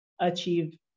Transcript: achieve